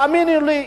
תאמינו לי,